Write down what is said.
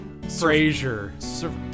Frasier